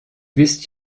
wisst